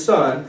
Son